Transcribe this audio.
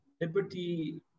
liberty